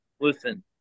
listen